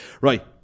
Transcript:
right